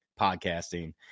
podcasting